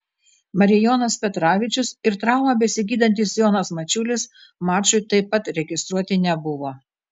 marijonas petravičius ir traumą besigydantis jonas mačiulis mačui taip pat registruoti nebuvo